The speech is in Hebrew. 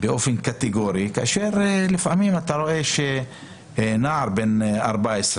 ואומרים זאת באופן קטיגורי כאשר לפעמים אתה רואה שנער בן 14,